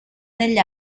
negli